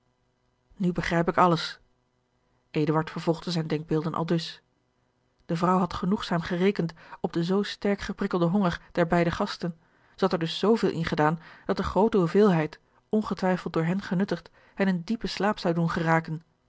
nu begrijp ik alles eduard vervolgde zijne denkbeelden aldus de vrouw had genoegzaam gerekend op den zoo sterk geprikkelden honger der beide gasten zij had er dus zveel ingedaan dat de groote hoeveelheid ongetwijfeld door hen genuttigd hen in diepen slaap zou doen geraken